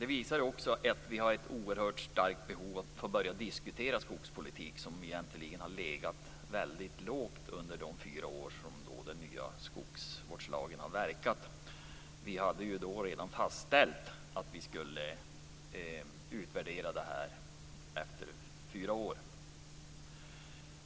Den visar också att vi har ett oerhört starkt behov av att få börja diskutera skogspolitiken, som egentligen har legat väldigt lågt under de fyra år som den nya skogsvårdslagen har varit i kraft. Vi hade redan dessförinnan fastställt att en utvärdering skulle ske efter fyra år.